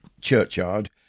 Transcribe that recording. Churchyard